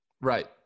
Right